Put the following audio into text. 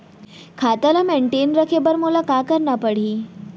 खाता ल मेनटेन रखे बर मोला का करना पड़ही?